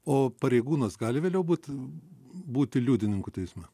o pareigūnas gali vėliau būt būti liudininku teisme